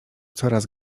coraz